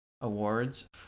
awards